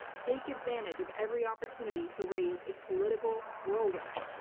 take advantage of every opportunity to raise a political whirlwind.